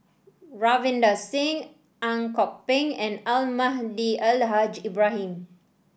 Ravinder Singh Ang Kok Peng and Almahdi Al Haj Ibrahim